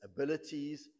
abilities